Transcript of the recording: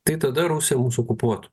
tai tada rusija mus okupuotų